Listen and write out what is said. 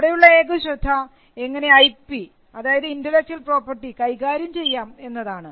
അവിടെയുള്ള ഏക ശ്രദ്ധ എങ്ങനെ ഐ പി ഇന്റെലക്ച്വൽ പ്രോപർട്ടി കൈകാര്യം ചെയ്യാം എന്നതാണ്